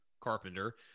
Carpenter